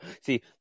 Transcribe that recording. See